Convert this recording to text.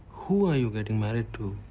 who are you getting married to?